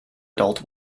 adult